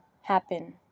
happen